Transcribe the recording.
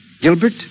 Gilbert